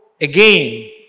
again